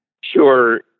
Sure